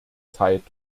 zeit